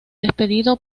despedido